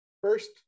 first